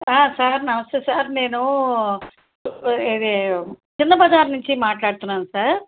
sir నమస్తే sir నేనూ ఇదీ చిన్న బజార్ నుంచి మాట్లాడుతున్నాను సార్